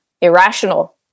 irrational